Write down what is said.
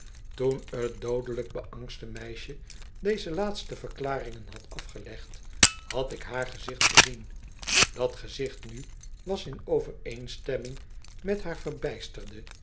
toen t doodelijk beangste meisje deze laatste verklaringen had afgelegd had ik haar gezicht gezien dat gezicht nu was in overeenstemming met haar verbijsterde